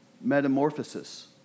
metamorphosis